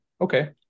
Okay